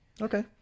Okay